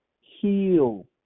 Heal